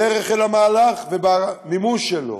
בדרך למהלך ובמימוש שלו.